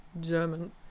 German